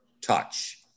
touch